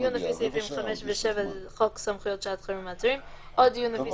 דיון לפי סעיפים 5 ו־7 לחוק סמכויות שעת חירום (מעצרים) או דיון לפי